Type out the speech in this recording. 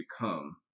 become